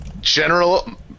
General